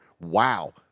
Wow